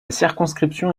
circonscription